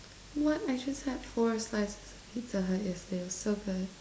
what I just had four slices of pizza hut yesterday it was so good